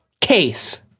case